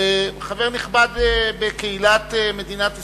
חבר נכבד בקהילת מדינת ישראל,